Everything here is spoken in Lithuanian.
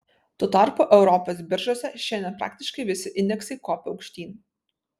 tuo tarpu europos biržose šiandien praktiškai visi indeksai kopia aukštyn